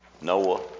Noah